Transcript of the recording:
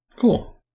Cool